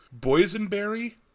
boysenberry